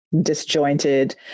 disjointed